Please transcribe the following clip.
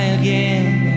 again